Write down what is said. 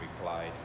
replied